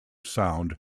sound